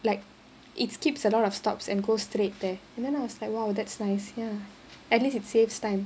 like it's keeps a lot of stops and go straight there and then I was like !wow! that's nice ya at least it saves time